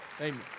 Amen